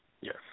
Yes